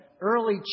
early